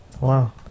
Wow